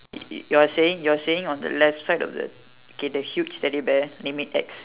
is is you're saying you're saying on the left side of the okay the huge teddy bear name it X